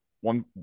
one